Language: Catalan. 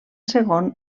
segon